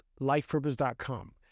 LifePurpose.com